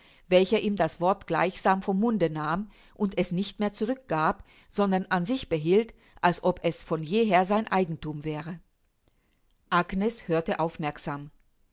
welcher ihm das wort gleichsam vom munde nahm und es nicht mehr zurückgab sondern an sich behielt als ob es von jeher sein eigenthum wäre agnes hörte aufmerksam